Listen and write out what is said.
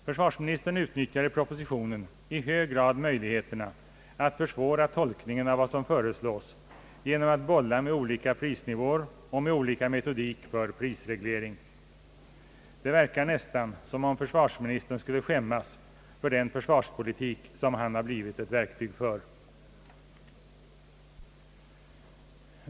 Försvarsministern utnyttjar i propositionen i hög grad möjligheterna att försvåra tolkningen av vad som föreslås genom att bolla med olika prisnivåer och olika metodik för prisreglering. Det verkar nästan som om försvarsministern skulle skämmas för den försvarspolitik som han har blivit ett verktyg för.